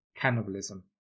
Cannibalism